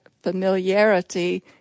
familiarity